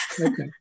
Okay